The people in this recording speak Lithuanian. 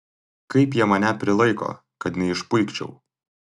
kaip jie mane prilaiko kad neišpuikčiau